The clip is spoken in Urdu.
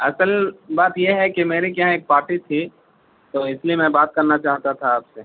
اصل بات یہ ہے کہ میرے کے یہاں ایک پارٹی تھی تو اس لیے میں بات کرنا چاہتا تھا آپ سے